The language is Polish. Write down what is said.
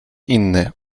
inny